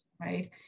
right